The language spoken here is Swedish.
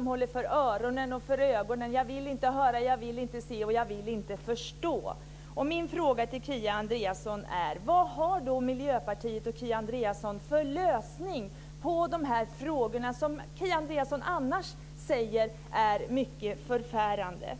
- håller för öron och ögon och säger: Jag vill inte höra, jag vill inte se och jag vill inte förstå. Min fråga till Kia Andreasson är: Vad har Miljöpartiet och Kia Andreasson för lösning på de här frågorna, som Kia Andreasson annars säger är mycket förfärande?